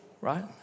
right